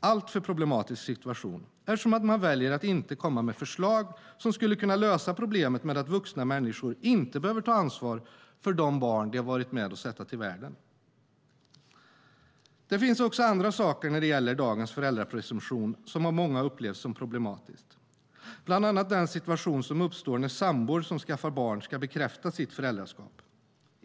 alltför problematisk situation eftersom man väljer att inte komma med förslag som skulle kunna lösa problemet med att vuxna människor inte behöver ta ansvar för de barn de varit med om att sätta till världen. Det finns också andra saker när det gäller dagens föräldrapresumtion som av många upplevs som problematiska, bland annat den situation som uppstår när sambor som skaffar barn ska bekräfta sitt föräldraskap.